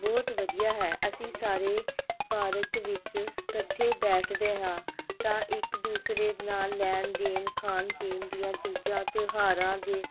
ਬਹੁਤ ਵਧੀਆ ਹੈ ਅਸੀਂ ਸਾਰੇ ਪਾਰਕ ਵਿੱਚ ਇਕੱਠੇ ਬੈਠਦੇ ਹਾਂ ਤਾਂ ਇੱਕ ਦੂਸਰੇ ਨਾਲ ਲੈਣ ਦੇਣ ਖਾਣ ਪੀਣ ਦੀਆਂ ਚੀਜ਼ਾਂ ਤਿਉਹਾਰਾਂ ਦੇ